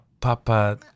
Papa